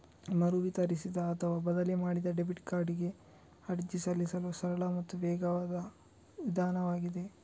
ಮರು ವಿತರಿಸಿದ ಅಥವಾ ಬದಲಿ ಮಾಡಿದ ಡೆಬಿಟ್ ಕಾರ್ಡಿಗೆ ಅರ್ಜಿ ಸಲ್ಲಿಸಲು ಸರಳ ಮತ್ತು ವೇಗವಾದ ವಿಧಾನವಾಗಿದೆ